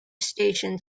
station